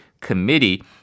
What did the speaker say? committee